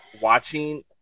watching